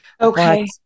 Okay